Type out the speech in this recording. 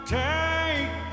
take